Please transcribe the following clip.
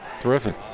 Terrific